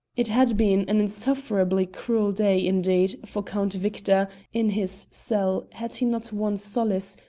it had been an insufferably cruel day, indeed, for count victor in his cell had he not one solace,